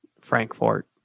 Frankfort